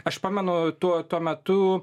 aš pamenu tuo tuo metu